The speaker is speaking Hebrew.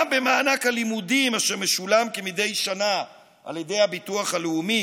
גם במענק הלימודים אשר משולם כמדי שנה על ידי הביטוח הלאומי,